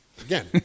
Again